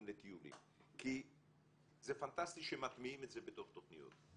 לטיולים כי זה פנטסטי שמטמיעים את זה בתוך תוכניות.